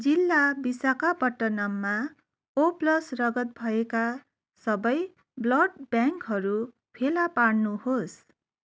जिल्ला विशाखापटनममा O plus रगत भएका सबै ब्लड ब्याङ्कहरू फेला पार्नुहोस्